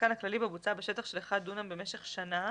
להוסיף בממוצע?